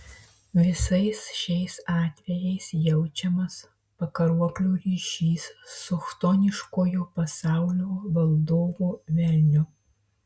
visais šiais atvejais jaučiamas pakaruoklio ryšys su chtoniškojo pasaulio valdovu velniu